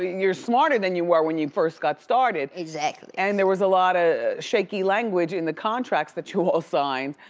you're smarter than you were when you first got started. exactly. and there was a lotta shaky language in the contracts that you all signed,